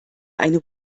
eine